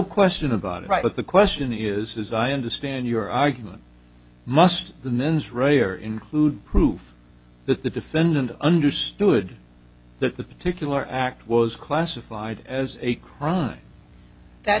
question about it right but the question is is i understand your argument must the mens rea or include proof that the defendant understood that the particular act was classified as a crime that